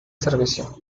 servicio